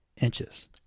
inches